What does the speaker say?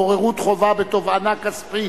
בוררות חובה בתובענה כספית),